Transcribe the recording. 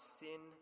sin